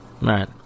Right